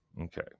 Okay